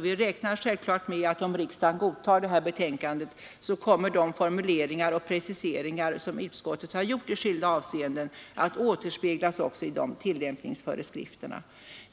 Vi räknar självfallet med att om riksdagen godtar betänkandet kommer de formuleringar och preciseringar som utskottet har gjort i skilda avseenden att återspeglas också i tillämpningsföreskrifterna.